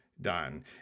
done